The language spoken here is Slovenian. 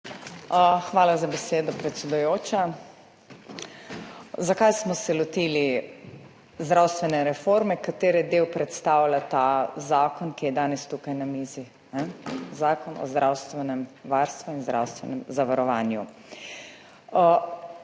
Hvala za besedo, predsedujoča. Zakaj smo se lotili zdravstvene reforme, katere del predstavlja zakon, ki je danes tukaj na mizi, zakon o zdravstvenem varstvu in zdravstvenem zavarovanju?